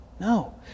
No